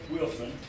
Wilson